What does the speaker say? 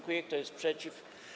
Kto jest przeciw?